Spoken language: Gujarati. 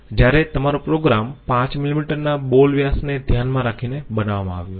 જ્યારે તમારો પ્રોગ્રામ 5 મીલીમીટર ના બોલ વ્યાસને ધ્યાનમાં રાખીને બનાવવામાં આવ્યો છે